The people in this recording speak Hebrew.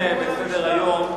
לסדר-היום.